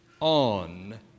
on